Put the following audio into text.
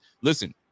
listen